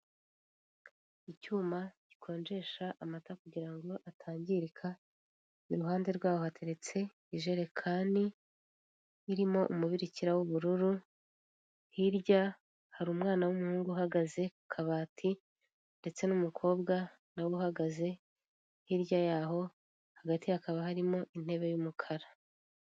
Icyuma gikonjesha amata kugira ngo atangirika, iruhande rwah hateretse ijerekani irimo umubikira w'ubururu, hirya hari umwana w'umuhungu uhagaze ku kabati ndetse n'umukobwa na we uhagaze hirya yaho, hagati hakaba harimo intebe y'umukara.